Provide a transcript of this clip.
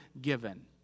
given